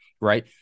right